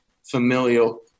familial